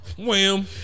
Wham